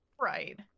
Right